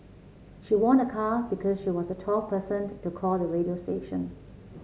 she won a car because she was the twelfth person to call the radio station